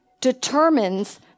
determines